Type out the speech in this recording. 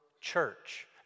church